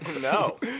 No